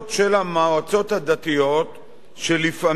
שלפעמים מערימות קשיים.